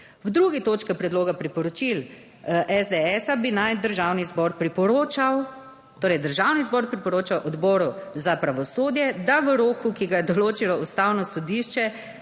V 2. točki predloga priporočil SDS, bi naj Državni zbor priporočal, torej Državni zbor priporoča Odboru za pravosodje, da v roku, ki ga je določilo Ustavno sodišče,